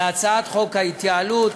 להצעת חוק ההתייעלות.